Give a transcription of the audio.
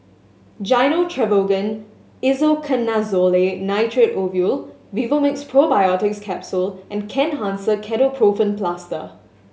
Gyno Travogen Isoconazole Nitrate Ovule Vivomixx Probiotics Capsule and Kenhancer Ketoprofen Plaster